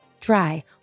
dry